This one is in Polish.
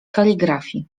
kaligrafii